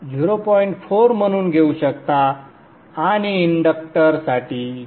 4 म्हणून घेऊ शकता आणि इंडक्टरसाठी 0